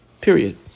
period